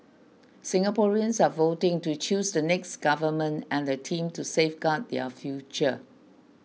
Singaporeans are voting to choose the next government and the team to safeguard their future